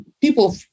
people